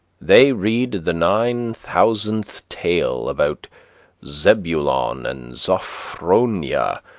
they read the nine thousandth tale about zebulon and sophronia,